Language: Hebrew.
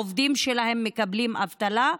העובדים שלהם מקבלים אבטלה,